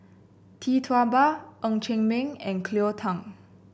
Tee Tua Ba Ng Chee Meng and Cleo Thang